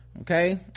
okay